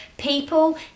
People